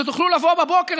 שתוכלו לבוא בבוקר,